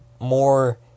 more